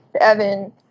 Evan